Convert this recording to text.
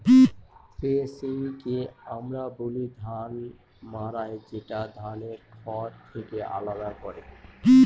থ্রেশিংকে আমরা বলি ধান মাড়াই যেটা ধানকে খড় থেকে আলাদা করে